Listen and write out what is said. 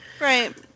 Right